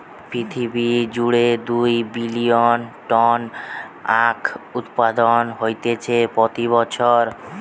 পৃথিবী জুড়ে দুই বিলিয়ন টন আখউৎপাদন হতিছে প্রতি বছর